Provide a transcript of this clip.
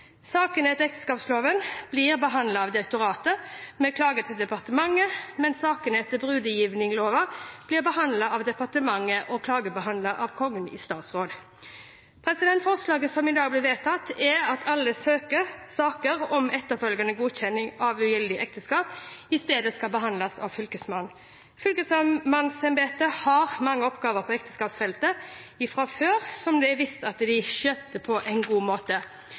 Sakene etter ekteskapsloven blir behandlet av direktoratet, med klage til departementet, mens sakene etter brudvigjingslova blir behandlet av departementet og klagebehandlet av Kongen i statsråd. Forslaget som i dag blir vedtatt, er at alle saker om etterfølgende godkjenning av ugyldige ekteskap i stedet skal behandles av Fylkesmannen. Fylkesmannsembetene har mange oppgaver på ekteskapsfeltet fra før, som de har vist at de skjøtter på en god måte.